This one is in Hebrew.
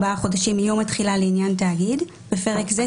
חודשים מיום התחילה לעניין תאגיד (בפרק זה,